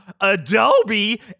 Adobe